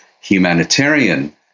humanitarian